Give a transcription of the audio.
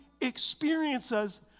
experiences